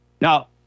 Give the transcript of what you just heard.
Now